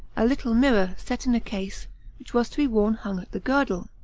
a little mirror, set in a case which was to be worn hung at the girdle.